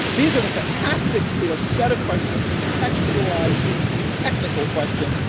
these are the fantastic you know set of questions that contextualize these these technical questions.